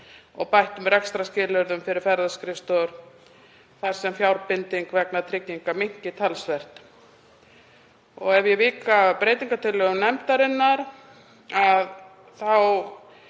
og bættum rekstrarskilyrðum fyrir ferðaskrifstofur þar sem fjárbinding vegna trygginga minnki umtalsvert. Ef ég vík að breytingartillögum nefndarinnar þá